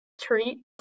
treat